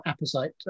apposite